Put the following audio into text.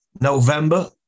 November